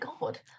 God